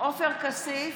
עופר כסיף,